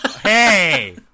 hey